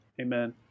Amen